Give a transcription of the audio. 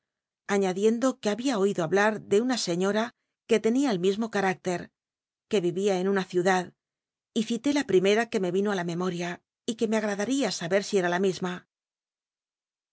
aiíadicndo que babia oido hablar de una señora que tenia el mismo carrietcr que vivía en una ciudad y cité la pl'i mera que me vino í la memoria y que me agradaría sabct si era la mi